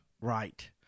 Right